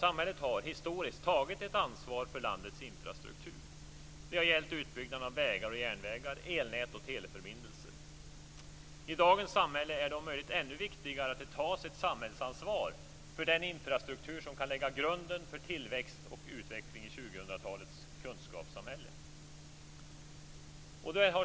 Samhället har historiskt tagit ett ansvar för landets infrastruktur. Det har gällt utbyggnaden av vägar och järnvägar, elnät och teleförbindelser. I dagens samhälle är det om möjligt ännu viktigare att det tas ett samhällsansvar för den infrastruktur som kan lägga grunden för tillväxt och utveckling i 2000-talets kunskapssamhälle.